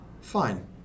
Fine